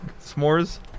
S'mores